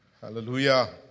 Hallelujah